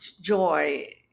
joy